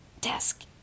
desk